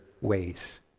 ways